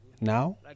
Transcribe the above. Now